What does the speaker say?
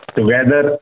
together